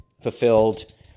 fulfilled